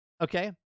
okay